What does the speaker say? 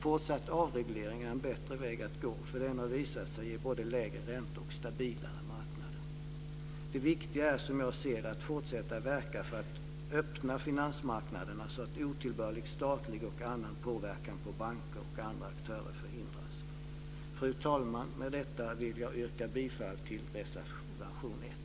Fortsatt avreglering är en bättre väg att gå, för det har visat sig ge både lägre räntor och stabilare marknader. Det viktiga, som jag ser det, är att fortsatt verka för att öppna finansmarknaderna så att otillbörlig statlig och annan påverkan på banker och andra aktörer förhindras. Fru talman! Med detta yrkar jag bifall till reservation 1.